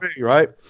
right